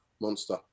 monster